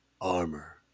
armor